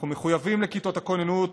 אנחנו מחויבים לכיתות הכוננות,